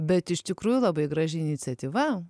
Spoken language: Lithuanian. bet iš tikrųjų labai graži iniciatyva